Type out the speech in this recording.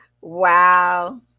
Wow